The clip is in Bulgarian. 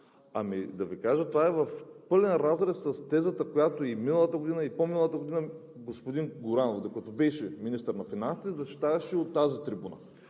Ами да Ви кажа, това е в пълен разрез с тезата, която и миналата година, и по-миналата година господин Горанов, докато беше министър на финансите, защитаваше от тази трибуна.